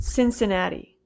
Cincinnati